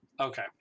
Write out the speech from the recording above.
Okay